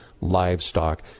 livestock